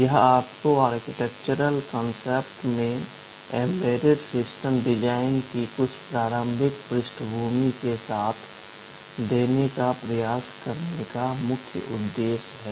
यह आपको architectural concepts में एम्बेडेड सिस्टम डिज़ाइन की कुछ प्रारंभिक पृष्ठभूमि के साथ देने का प्रयास करने का मुख्य उद्देश्य है